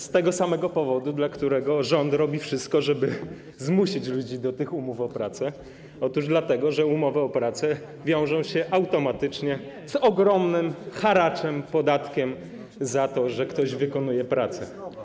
Z tego samego powodu, dla którego rząd robi wszystko, żeby zmusić ludzi do tych umów o pracę, otóż dlatego, że umowy o pracę wiążą się automatycznie z ogromnym haraczem, podatkiem za to, że ktoś wykonuje pracę.